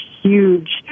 huge